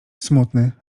smutny